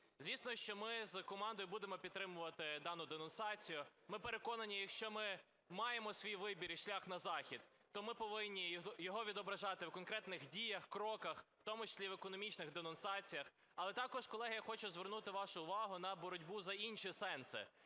Звісно, що ми з командою будемо підтримувати дану денонсацію. Ми переконані, якщо ми маємо свій вибір і шлях на Захід, то ми повинні його відображати в конкретних діях, кроках, в тому числі і в економічних денонсаціях. Але також, колеги, я хочу звернути вашу увагу на боротьбу за інші сенси,